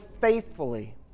faithfully